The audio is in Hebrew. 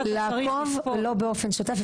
לעקוב לא באופן שוטף,